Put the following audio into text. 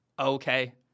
Okay